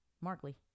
Markley